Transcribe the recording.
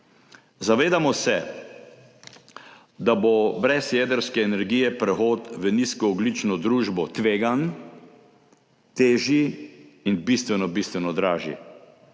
Zavedamo se, da bo brez jedrske energije prehod v nizkoogljično družbo tvegan, težji in bistveno, bistveno dražji.